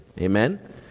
Amen